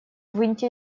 выньте